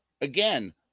again